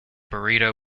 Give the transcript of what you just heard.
burrito